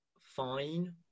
fine